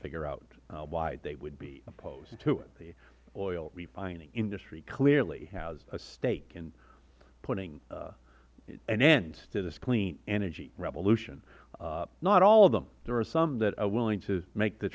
figure out why they would be opposed to it the oil refining industry clearly has a stake in putting an end to this clean energy revolution not all of them there are some that are willing to make the